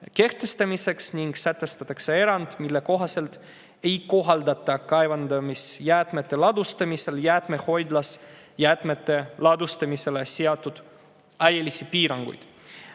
kehtestamiseks ning sätestatakse erand, mille kohaselt ei kohaldata kaevandamisjäätmete ladustamisel jäätmehoidlas jäätmete ladustamisele seatud ärilisi piiranguid.